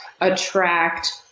attract